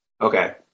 Okay